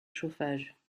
chauffage